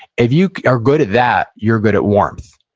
if you are good at that, you're good at warmth.